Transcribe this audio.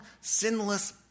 sinless